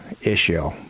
issue